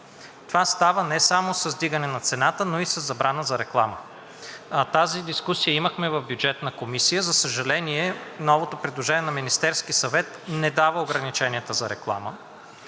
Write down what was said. Това става не само с вдигане на цената, но и със забрана за реклама. Тази дискусия я имахме в Бюджетната комисия. За съжаление, новото предложение на Министерския съвет не дава ограниченията за реклама.